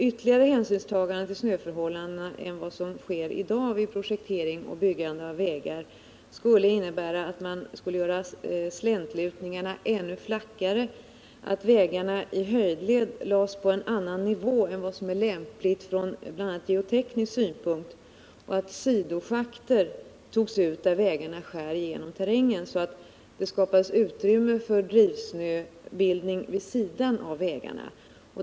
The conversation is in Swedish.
Ytterligare hänsynstagande till snöförhållandena än vad som sker i dag vid projektering och byggande av vägar skulle innebära att man skulle göra släntlutningarna ännu flackare, att vägarna i höjdled lades på en annan nivå än vad som är lämpligt bl.a. ur geoteknisk synpunkt och att sidoschakter togs ut, där vägarna skär igenom terrängen, så att det skapades utrymme för snödrivbildning vid sidan av vägarna.